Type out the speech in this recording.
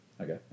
okay